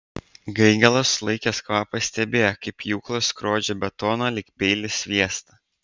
gaigalas sulaikęs kvapą stebėjo kaip pjūklas skrodžia betoną lyg peilis sviestą